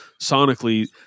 sonically